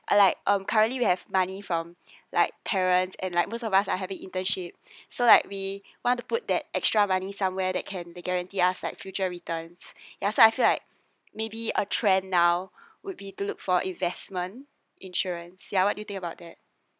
uh like um currently we have money from like parents and like most of us are having internship so like we want to put that extra money somewhere that can they guarantee us like future returns yeah I feel like maybe a trend now would be to look for investment insurance yeah what do you think about that